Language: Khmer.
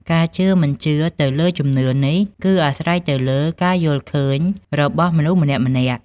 ការជឿឬមិនជឿទៅលើជំនឿនេះគឺអាស្រ័យទៅលើការយល់ឃើញរបស់មនុស្សម្នាក់ៗ។